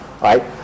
right